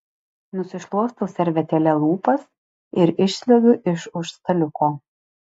nusišluostau servetėle lūpas ir išsliuogiu iš už staliuko